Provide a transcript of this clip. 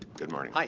good morning.